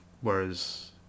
Whereas